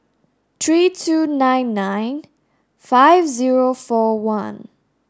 three two nine nine five zero four one